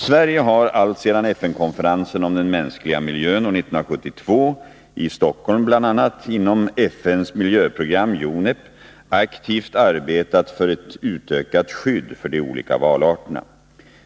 Sverige har alltsedan FN-konferensen om den mänskliga miljön år 1972 i Stockholm bl.a. inom FN:s miljöprogram aktivt arbetat för ett utökat skydd för de olika valarterna.